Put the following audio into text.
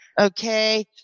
okay